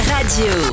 Radio